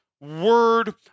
word